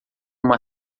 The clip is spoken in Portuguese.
uma